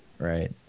Right